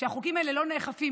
שהחוקים האלה לא נאכפים.